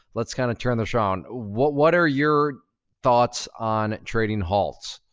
let's kind of turn this around. what what are your thoughts on trading halts?